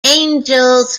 angels